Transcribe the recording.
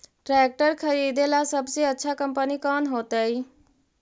Tractor खरीदेला सबसे अच्छा कंपनी कौन होतई?